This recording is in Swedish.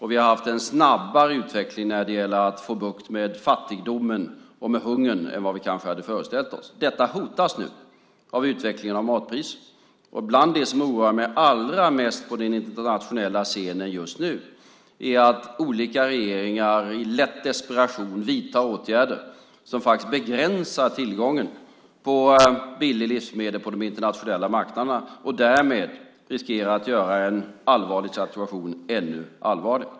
Vi har haft en snabbare utveckling när det gäller att få bukt med fattigdomen och hungern än vi kanske hade föreställt oss som möjligt. Detta hotas nu av utvecklingen av matpriserna. Bland det som oroar mig allra mest på den internationella scenen just nu är att olika regeringar i lätt desperation vidtar åtgärder som faktiskt begränsar tillgången till billiga livsmedel på de internationella marknaderna och därmed riskerar att göra en allvarlig situation ännu allvarligare.